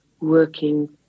working